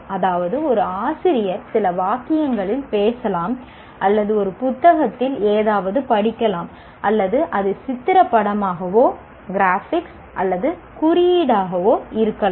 அதாவது ஒரு ஆசிரியர் சில வாக்கியங்களில் பேசலாம் அல்லது ஒரு புத்தகத்தில் ஏதாவது படிக்கலாம் அல்லது அது சித்திர படமாகவோ அல்லது குறியீடாக இருக்கலாம்